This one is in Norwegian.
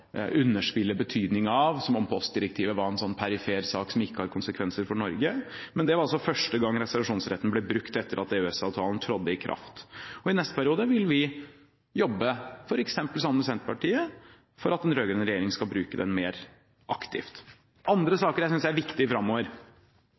underspille betydningen av, som om postdirektivet var en sånn perifer sak som ikke har konsekvenser for Norge. Men det var altså første gangen reservasjonsretten ble brukt etter at EØS-avtalen trådte i kraft. I neste periode vil vi, f.eks. sammen med Senterpartiet, jobbe for at den rød-grønne regjeringen skal bruke den mer aktivt. Andre